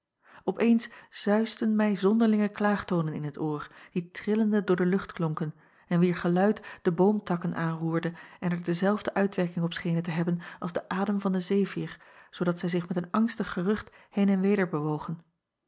eens zuisden mij zonderlinge klaagtoonen in t oor die trillende door de lucht klonken en wier geluid de boom acob van ennep laasje evenster delen takken aanroerde en er dezelfde uitwerking op schenen te hebben als de adem van den zefyr zoodat zij zich met een angstig gerucht heen en weder bewogen